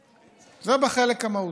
זה, בחלק המהותי.